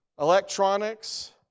Electronics